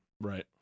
right